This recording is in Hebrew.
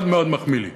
מאוד מאוד מחמיא לי.